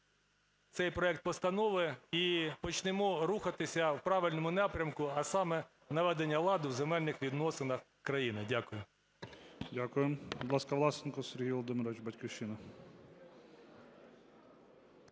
цей проект постанови і почнемо рухатися в правильному напрямку, а саме – наведення ладу в земельних відносинах країни. Дякую. ГОЛОВУЮЧИЙ. Дякую. Будь ласка, Власенко Сергій Володимирович, "Батьківщина".